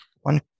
One